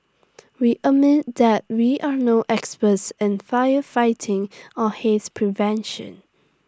we admit that we are no experts in firefighting or haze prevention